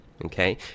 Okay